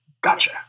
Gotcha